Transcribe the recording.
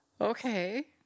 okay